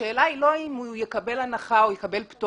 השאלה היא לא אם הוא יקבל הנחה או יקבל פטור.